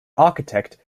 architect